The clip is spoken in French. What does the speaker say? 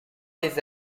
des